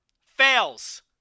fails